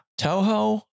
Toho